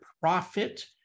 profit